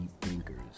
thinkers